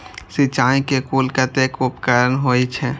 सिंचाई के कुल कतेक उपकरण होई छै?